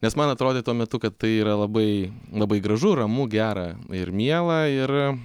nes man atrodė tuo metu kad tai yra labai labai gražu ramu gera ir miela ir